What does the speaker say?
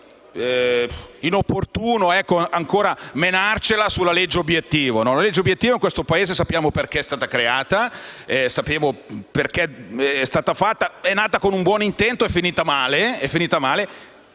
inopportuno insistere ancora sulla legge obiettivo. La legge obiettivo in questo Paese sappiamo perché è stata realizzata: è nata con un buon intento ma è finita male.